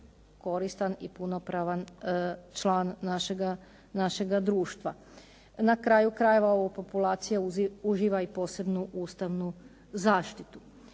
koristan i punopravan član našega društva. Na kraju krajeva, ova populacija uživa i posebnu ustavnu zaštitu.